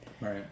right